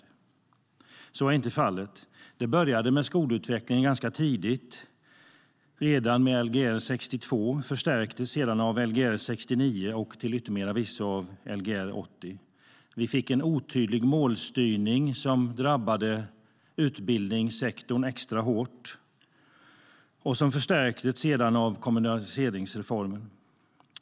Så är inte fallet. Det började med skolutvecklingen ganska tidigt, redan med Lgr 62. Det förstärktes sedan av Lgr 69 och till yttermera visso av Lgr 80. Vi fick en otydlig målstyrning som drabbade utbildningssektorn extra hårt och som sedan förstärktes av kommunaliseringsreformen.